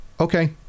okay